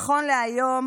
נכון להיום